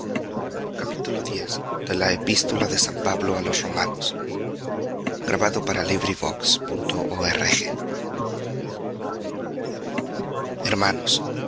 la epístola del apóstol san pablo á los romanos